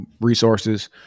resources